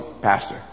pastor